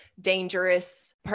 dangerous